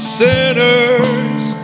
sinners